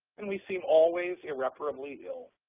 and we seem always irreparably ill.